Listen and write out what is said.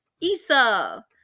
Issa